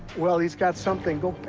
well, he's got something. go